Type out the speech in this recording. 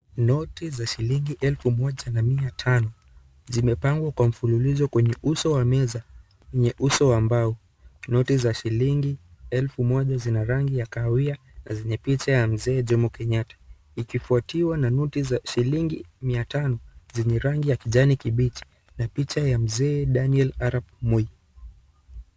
Noti za shilingi elfu moja na mia tano, zimepangwa kwa mfululizo kwenye uso wa meza yenye uso wa mbao noti za shilingi elfu moja zina rangi ya kahawia na zenye picha ya mzee Jomo Kenyatta , ikifwatiwa na noti za shilingi mia tano zenye rangi ya kijani kibichi na picha ya mzee Daniel Arap Moi.